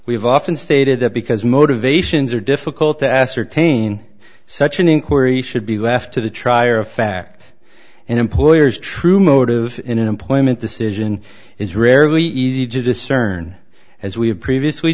have often stated that because motivations are difficult to ascertain such an inquiry should be left to the trier of fact and employers true motive in an employment decision is rarely easy to discern as we have previously